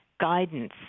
guidance